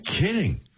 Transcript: kidding